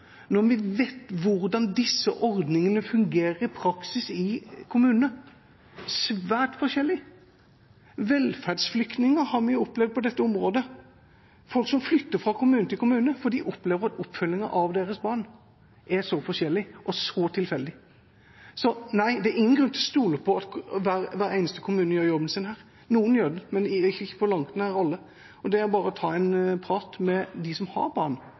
når vi vet hvordan disse ordningene fungerer i praksis i kommunene – svært forskjellig. Velferdsflyktninger har vi opplevd på dette området – folk som flytter fra kommune til kommune fordi de opplever at oppfølgingen av deres barn er så forskjellig og så tilfeldig. Så nei, det er ingen grunn til å stole på at hver eneste kommune gjør jobben sin her. Noen gjør det, men ikke på langt nær alle. Det er bare å ta en prat med dem som har